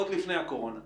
עוד לפני הקורונה,